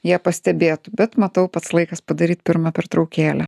jie pastebėtų bet matau pats laikas padaryt pirmą pertraukėlę